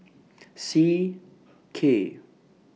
C K